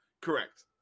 Correct